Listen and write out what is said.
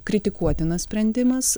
kritikuotinas sprendimas